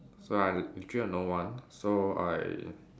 so I actually had no one so I